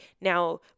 Now